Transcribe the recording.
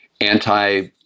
anti-